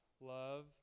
love